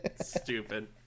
stupid